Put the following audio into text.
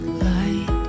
light